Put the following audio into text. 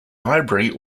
library